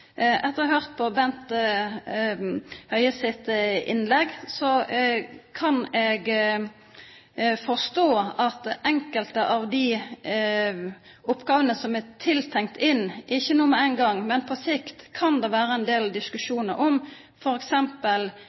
Etter å ha hørt Bent Høies innlegg kan jeg forstå at det kan være en del diskusjon om enkelte av de oppgavene som er tenkt inn – ikke nå med en gang, men på sikt